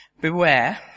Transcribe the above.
beware